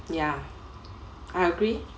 ya I agree